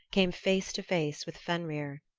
came face to face with fenrir.